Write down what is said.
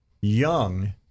young